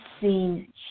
seen